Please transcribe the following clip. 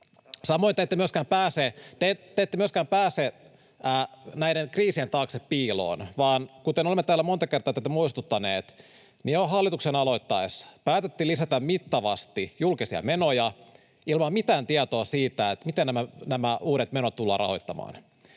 Samoin te ette myöskään pääse näiden kriisien taakse piiloon, vaan kuten olemme täällä monta kertaa teitä muistuttaneet, niin jo hallituksen aloittaessa päätettiin lisätä mittavasti julkisia menoja ilman mitään tietoa siitä, miten nämä uudet menot tullaan rahoittamaan.